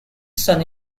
son